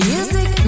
Music